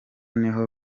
niho